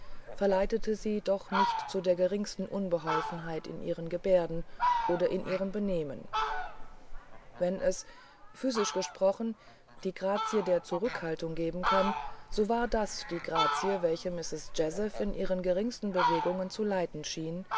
verleitete sie doch nicht zu der geringsten unbeholfenheit in ihren gebärden oder ihrem benehmen wenn es physisch gesprochen einegraziederzurückhaltunggebenkann sowardiesdiegrazie welche mistreß jazeph in ihren geringsten bewegungen zu leiten schien